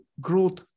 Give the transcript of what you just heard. growth